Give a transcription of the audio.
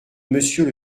monsieur